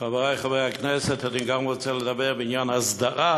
חברי חברי הכנסת, אני גם רוצה לדבר בעניין הסדרה,